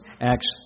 Acts